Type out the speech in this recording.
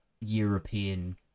european